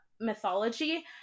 mythology